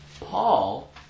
paul